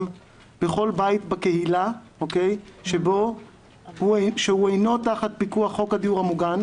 בכל בית בקהילה שהוא אינו תחת פיקוח חוק הדיור המוגן.